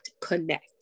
connect